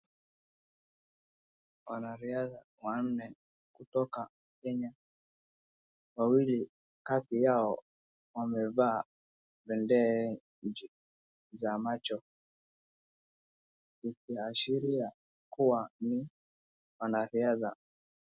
Wanariadha wanne kutoka Kenya, wawili kati yao wamevaa bendera za macho ikiashiria kuwa ni wanariadha.